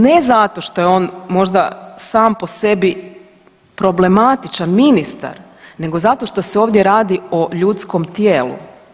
Ne zato što je on možda sam po sebi problematičan ministar, nego zato što se ovdje radi o ljudskom tijelu.